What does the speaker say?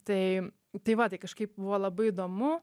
tai tai va tai kažkaip buvo labai įdomu